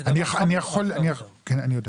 --- אני יודע,